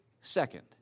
second